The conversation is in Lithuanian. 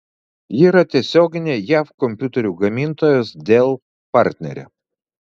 ji yra tiesioginė jav kompiuterių gamintojos dell partnerė